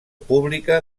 pública